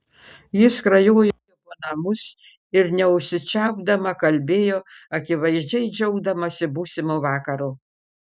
ji skrajojo po namus ir neužsičiaupdama kalbėjo akivaizdžiai džiaugdamasi būsimu vakaru